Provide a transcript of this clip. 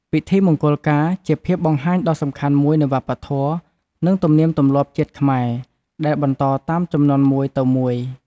ពិធីមង្គលការ ជាភាពបង្ហាញដ៏សំខាន់មួយនៃវប្បធម៌ និងទំនៀមទម្លាប់ជាតិខ្មែរ ដែលបន្តតាមជំនាន់មួយទៅមួយ។